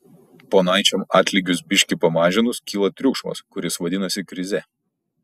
ponaičiam atlygius biški pamažinus kyla triukšmas kuris vadinasi krize